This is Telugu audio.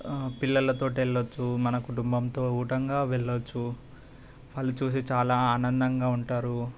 పిల్లలతో వెళ్ళొచ్చు మన కుటుంబంతో కూడా వెళ్ళొచ్చు వాళ్ళు చూసి చాలా ఆనందంగా ఉంటారు